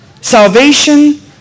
Salvation